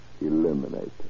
Eliminate